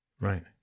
Right